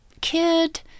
kid